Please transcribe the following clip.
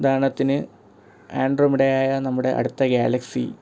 ഉദാഹരണത്തിന് ആൻഡ്രോമടയായ നമ്മുടെ അടുത്ത ഗ്യാലക്സി